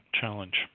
Challenge